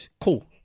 Cool